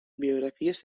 biografies